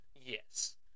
Yes